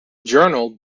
journal